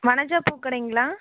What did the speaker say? Vanaja பூக்கடைங்களா